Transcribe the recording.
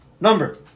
Number